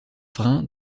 vrain